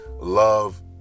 love